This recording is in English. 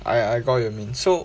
I I got what you mean so